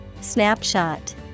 Snapshot